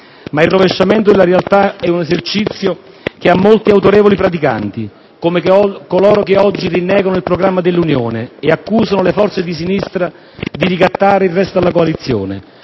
Ma il rovesciamento della realtà è un esercizio che ha molti e autorevoli praticanti, come coloro che oggi rinnegano il programma dell'Unione e accusano le forze di sinistra di ricattare il resto della coalizione,